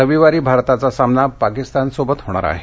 रविवारी भारताचा सामना पाकिस्तानसोबत होणार आहे